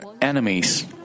enemies